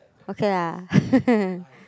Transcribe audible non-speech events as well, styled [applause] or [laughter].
okay lah [laughs]